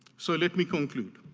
so let me conclude.